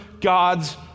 God's